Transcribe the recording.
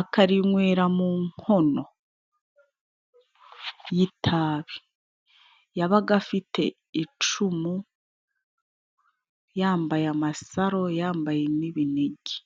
akarinwera mu nkono y'itabi. Yabaga afite icumu, yambaye amasaro, yambaye n'ibinigi.